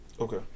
Okay